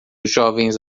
jovens